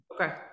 Okay